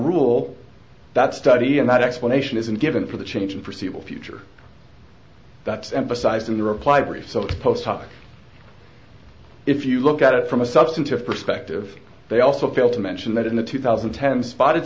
rule that study and that explanation isn't given for the change of procedural future that's emphasized in the reply brief so post hoc if you look at it from a substantive perspective they also fail to mention that in the two thousand and ten spotted